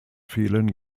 fehlen